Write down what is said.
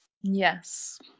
Yes